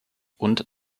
und